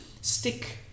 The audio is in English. stick